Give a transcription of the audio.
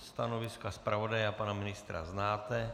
Stanoviska zpravodaje a pana ministra znáte.